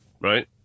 Right